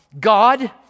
God